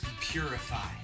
purify